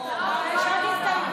לא, לא, יש עוד הסתייגות.